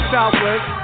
Southwest